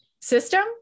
system